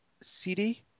CD